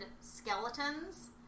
skeletons